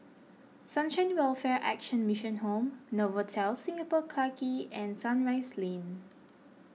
Sunshine Welfare Action Mission Home Novotel Singapore Clarke Quay and Sunrise Lane